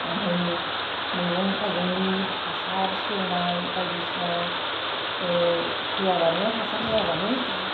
आमफाय नों मैगं थाइगंनि हासार सेवनाय बायदिसिना ओ होआबानो हासार होआबानो दा